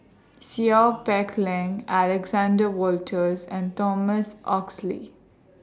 Seow Peck Leng Alexander Wolters and Thomas Oxley